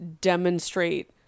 demonstrate